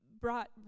brought